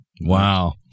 Wow